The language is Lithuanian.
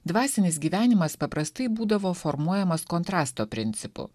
dvasinis gyvenimas paprastai būdavo formuojamas kontrasto principu